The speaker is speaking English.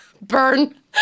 Burn